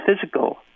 physical